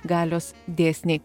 galios dėsniai